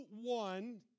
one